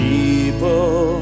People